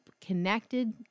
connected